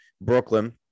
Brooklyn